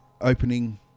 opening